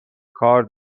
کار